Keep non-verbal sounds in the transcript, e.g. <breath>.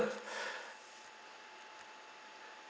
<laughs> <breath>